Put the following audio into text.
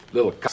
Little